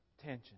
Tension